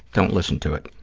don't listen to it.